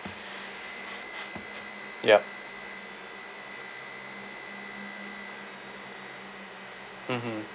yup mmhmm